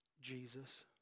Jesus